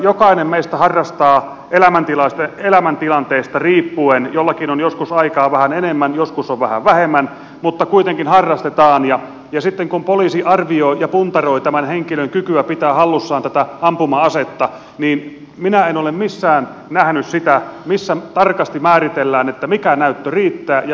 jokainen meistä harrastaa elämäntilanteista riippuen jollakin on joskus aikaa vähän enemmän joskus on vähän vähemmän mutta kuitenkin harrastetaan ja sitten kun poliisi arvioi ja puntaroi tämän henkilön kykyä pitää hallussaan ampuma asetta niin minä en ole missään nähnyt sitä missä tarkasti määritellään mikä näyttö riittää ja mikä ei riitä